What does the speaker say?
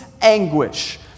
anguish